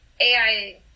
AI –